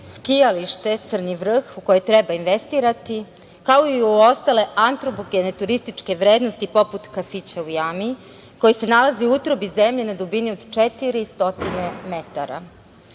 skijalište Crni vrh u koje treba investirati, ako i u ostale antropogene turističke vrednosti, poput kafića u jami koji se nalazi u utrobi zemlje na dubini od 400